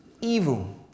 evil